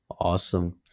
Awesome